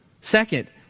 Second